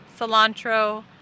cilantro